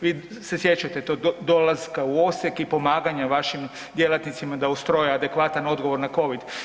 Vi se sjećate tog dolaska u Osijek i pomaganja vašim djelatnicima da ustroje adekvatan odgovor na covid.